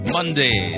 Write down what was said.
Monday